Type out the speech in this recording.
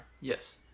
Yes